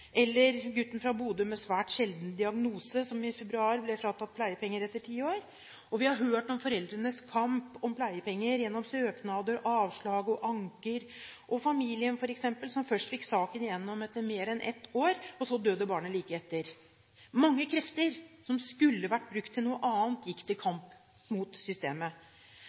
eller gutten fra Bodø med svært sjelden diagnose som i februar ble fratatt pleiepenger etter ti år. Vi har hørt om foreldrenes kamp om pleiepenger gjennom søknader, avslag og anker, f.eks. familien som først fikk saken gjennom etter mer enn ett år, og så døde barnet like etter. Mange krefter som skulle vært brukt til noe annet, gikk til kampen mot systemet.